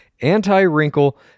anti-wrinkle-